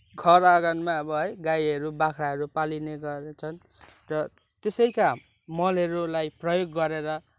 घर आँगनमा अब है गाईहरू बाख्राहरू पालिने गर्छन् र त्यसैका मलहरूलाई प्रयोग गरेर